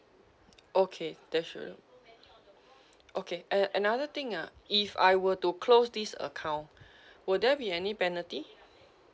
okay that shouldn~ okay uh another thing ah if I were to close this account will there be any penalty